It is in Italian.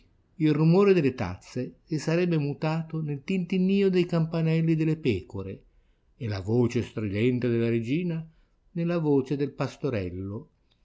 canne il rumore delle tazze si sarebbe mutato nel tintinnìo dei campanelli delle pecore e la voce stridente della regina nella voce del pastorello e